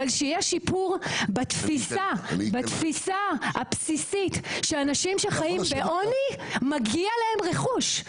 אבל שיהיה שיפור בתפיסה הבסיסית שאנשים שחיים בעוני מגיע להם רכוש.